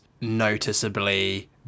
noticeably